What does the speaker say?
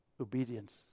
Obedience